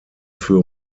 für